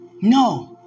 No